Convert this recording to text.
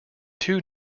two